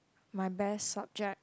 my best subject